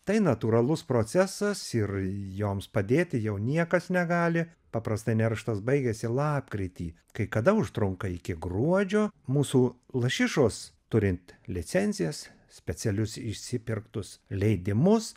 tai natūralus procesas ir joms padėti jau niekas negali paprastai nerštas baigiasi lapkritį kai kada užtrunka iki gruodžio mūsų lašišos turint licencijas specialius išsipirktus leidimus